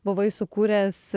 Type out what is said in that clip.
buvai sukūręs